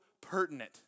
pertinent